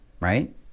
right